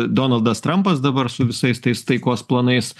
donaldas trampas dabar su visais tais taikos planais